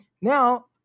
now